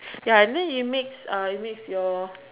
ya then it makes it makes your